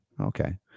Okay